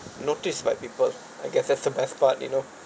noticed by people I guess that's the best part you know